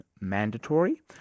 mandatory